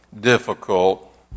difficult